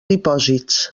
dipòsits